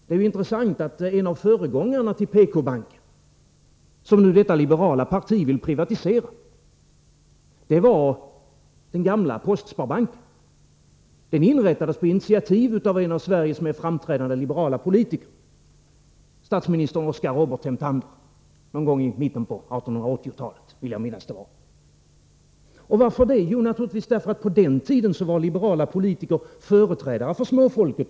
Det är intressant att en av föregångarna till PK-banken — som nu detta liberala parti vill privatisera — var den gamla postsparbanken. Den inrättades på initiativ av en av Sveriges mer framträdande liberala politiker, statsminister Oskar Robert Themptander, någon gång i mitten av 1880-talet. Jag vill minnas det var då. Varför det? Jo, naturligtvis därför att liberala politiker på den tiden var företrädare för småfolket.